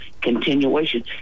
Continuation